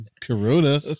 Corona